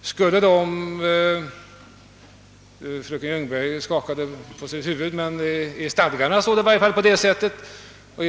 Jag ser att fröken Ljungberg nu skakar nekande på huvudet, men det står i varje fall så i landsrådets stadgar.